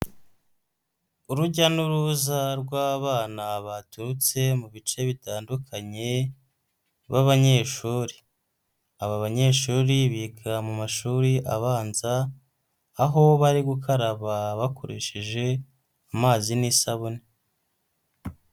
Urujya n'uruza rw'abana baturutse mu bice bitandukanye ba banyeshuri, aba banyeshuri biga mu mashuri abanza, aho bari gukaraba bakoresheje amazi n'isabune.